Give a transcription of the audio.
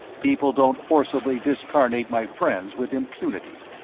people don't forcibly discarnate my friends with impunity.